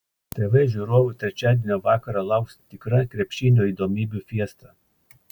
tv žiūrovų trečiadienio vakarą lauks tikra krepšinio įdomybių fiesta